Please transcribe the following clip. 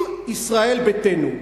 אם ישראל ביתנו,